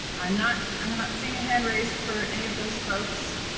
i'm not um not seeing a hand raised for any of those folks.